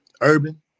urban